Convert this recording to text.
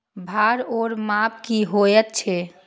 भार ओर माप की होय छै?